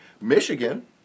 Michigan